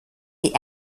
die